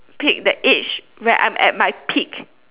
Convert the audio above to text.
pick that age where I'm at my peak